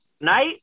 Night